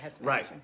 Right